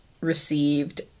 received